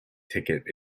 ticket